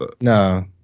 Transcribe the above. No